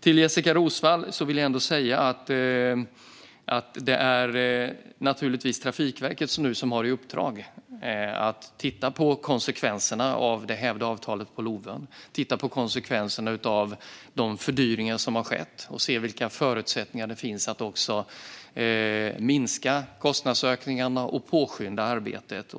Till Jessika Roswall vill jag säga att det naturligtvis är Trafikverket som nu har uppdraget att titta på konsekvenserna av det hävda avtalet på Lovön. Man ska titta på konsekvenserna av de fördyringar som har skett och även se vilka förutsättningar som finns att minska kostnadsökningarna och påskynda arbetet.